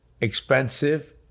expensive